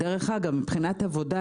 מבחינת עבודה,